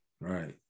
Right